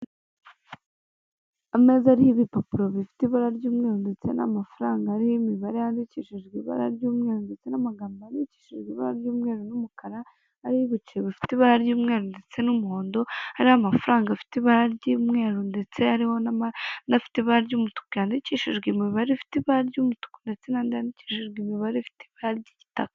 Ameza ari ibipapuro bifite iburara ry'umweru ndetse n'amafaranga ariho imibare yandikishijwe ibara ry'umweru ndetse n'amagambo yandikishijwe ibara ry'umweru n'umukara n'ibiceli bifite ibara ry'umweru ndetse n'umuhondo hariho amafaranga afite ibara ry'umweru ndetse ariho n'amafaranga adafite ibara ry'umutuku ryandikishijwe imibare ifite ibara ry'umutuku ndetse n'andi yandikishijwe imibare ifite ibara ry'igitaka.